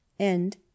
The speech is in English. End